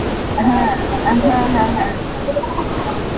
হ্যাঁ অ্যাঁ হ্যাঁ হ্যাঁ হ্যাঁ